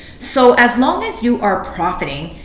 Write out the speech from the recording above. so as long as you are profiting,